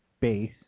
base